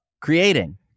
creating